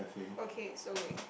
okay so wait